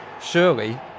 Surely